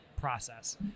process